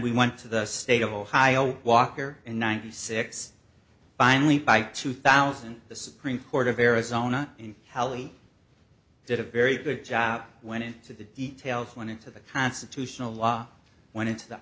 we went to the state of ohio walker in ninety six finally by two thousand the supreme court of arizona in cali did a very good job went into the details went into the constitutional law went into the